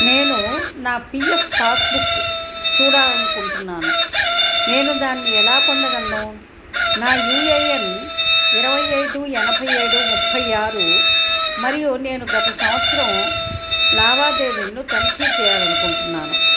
నేను నా P F passbook చూడాలి అనుకుంటున్నాను నేను దాన్ని ఎలా పొందగలను నా యూ ఏ ఎన్ ఇరవై ఐదు ఎనభై ఏడు ముప్పై ఆరు మరియు నేను గత సంవత్సరం లావాదేవీలను తనిఖీ చేయాలి అనుకుంటున్నాను